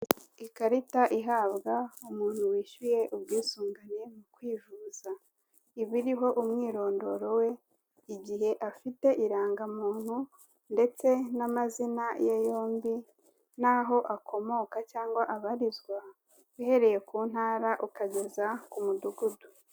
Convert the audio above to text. Ikarita ihabwa umuntu wishyuye ubwisungane mu kwivuza iba iriho umwirondoro, we igihe afite irangamuntu ndetse n'amazina ye yombi n'aho akomoka cyangwa abarizwa bihereye ku ntara ukageza ku mudugudu.